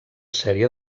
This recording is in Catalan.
sèrie